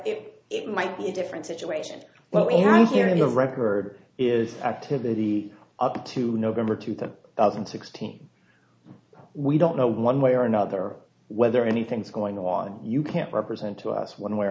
there it might be a different situation well in hand here in the record is activity up to november two thousand and sixteen we don't know one way or another whether anything's going on you can't represent to us one way or